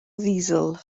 ddiesel